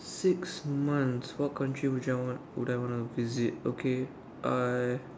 six months what country would I want would I wanna visit okay I